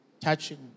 touching